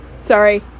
Sorry